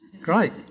Great